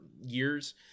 years